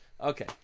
Okay